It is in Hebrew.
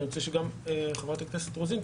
וארצה שגם חברת הכנסת רוזין,